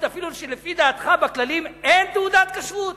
אפילו שלפי דעתך בכללים אין תעודת כשרות?